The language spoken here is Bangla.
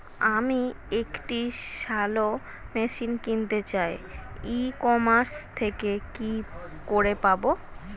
আমি একটি শ্যালো মেশিন কিনতে চাই ই কমার্স থেকে কি করে পাবো?